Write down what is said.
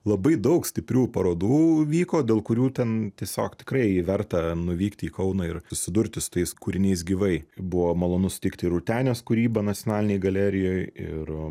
labai daug stiprių parodų vyko dėl kurių ten tiesiog tikrai verta nuvykti į kauną ir susidurti su tais kūriniais gyvai buvo malonu sutikti rūtenės kūrybą nacionalinėj galerijoj ir